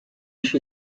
she